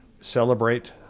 celebrate